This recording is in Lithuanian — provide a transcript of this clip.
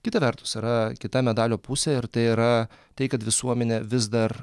kita vertus yra kita medalio pusė ir tai yra tai kad visuomenė vis dar